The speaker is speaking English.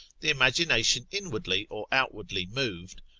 the imagination inwardly or outwardly moved,